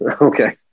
Okay